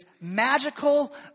magical